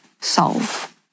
solve